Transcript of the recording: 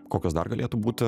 kokios dar galėtų būti